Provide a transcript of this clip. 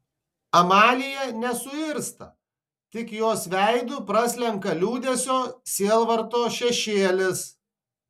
amalija nesuirzta tik jos veidu praslenka liūdesio sielvarto šešėlis